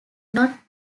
not